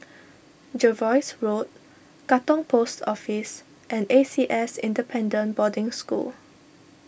Jervois Road Katong Post Office and A C S Independent Boarding School